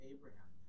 Abraham